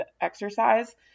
exercise